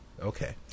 Okay